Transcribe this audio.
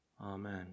amen